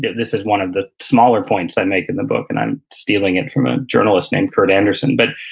this is one of the smaller points i make in the book and i'm stealing it from a journalist named kurt anderson. but,